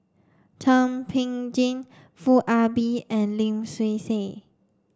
Thum Ping Tjin Foo Ah Bee and Lim Swee Say